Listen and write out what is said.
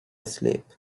slip